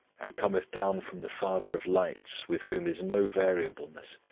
and cometh down from the father of lights, with whom is no variableness,